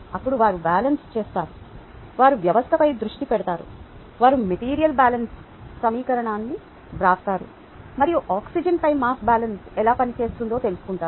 అప్పుడు వారు బ్యాలెన్స్ చేస్తారు వారు వ్యవస్థపై దృష్టి పెడతారు వారు మెటీరియల్ బ్యాలెన్స్ సమీకరణాన్ని వ్రాస్తారు మరియు ఆక్సిజన్ పై మాస్ బాలన్స్ ఎలా పనిచేస్తుందో తెలుసుకుంటారు